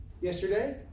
yesterday